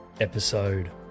episode